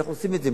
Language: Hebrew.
איך עושים את זה,